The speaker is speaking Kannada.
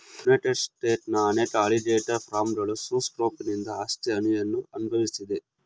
ಯುನೈಟೆಡ್ ಸ್ಟೇಟ್ಸ್ನ ಅನೇಕ ಅಲಿಗೇಟರ್ ಫಾರ್ಮ್ಗಳು ಸುಸ್ ಸ್ಕ್ರೋಫನಿಂದ ಆಸ್ತಿ ಹಾನಿಯನ್ನು ಅನ್ಭವ್ಸಿದೆ